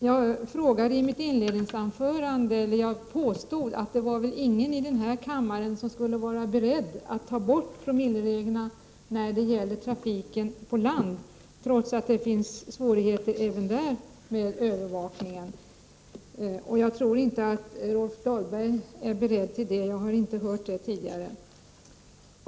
Jag påstod i mitt inledningsanförande att det inte fanns någon i denna kammare som skulle vara beredd att ta bort promillereglerna när det gäller trafiken på land, trots att det finns svårigheter med övervakningen även där. Jag tror inte heller att Rolf Dahlberg är beredd att göra det — jag har i varje fall inte hört det tidigare.